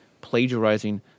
plagiarizing